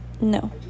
No